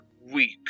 Weak